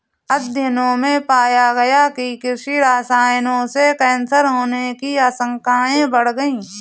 अध्ययनों में पाया गया है कि कृषि रसायनों से कैंसर होने की आशंकाएं बढ़ गई